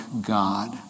God